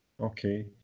Okay